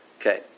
okay